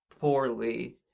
poorly